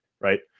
right